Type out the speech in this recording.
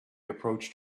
approached